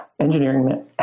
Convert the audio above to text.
engineering